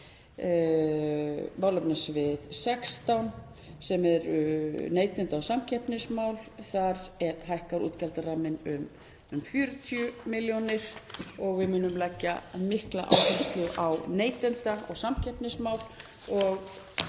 málefnasviði 16, sem eru neytenda- og samkeppnismál, hækkar útgjaldaramminn um 40 milljónir og við munum leggja mikla áherslu á neytenda- og samkeppnismál